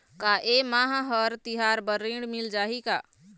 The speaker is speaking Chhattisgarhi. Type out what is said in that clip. का ये मा हर तिहार बर ऋण मिल जाही का?